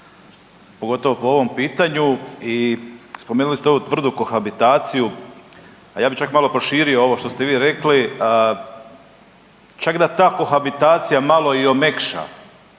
pogotovo po ovom pitanju i spomenuli ste ovu tvrdu kohabitaciju, a ja bi čak malo proširio ovo što ste vi rekli, čak da ta kohabitacija malo i omekša